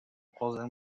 closing